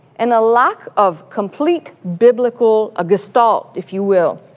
and a lack of complete biblical, a gestalt, if you will,